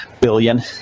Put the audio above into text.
billion